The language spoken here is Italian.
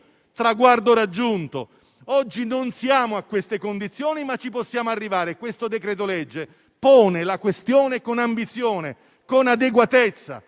traguardo raggiunto. Oggi non siamo in queste condizioni, ma ci possiamo arrivare. Questo decreto-legge pone la questione con ambizione, con adeguatezza.